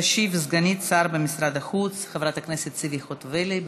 תשיב סגן שר במשרד החוץ חברת הכנסת ציפי חוטובלי.